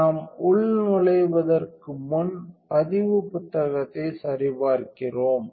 நாம் உள்நுழைவதற்கு முன் பதிவு புத்தகத்தை சரிபார்க்கிறோம்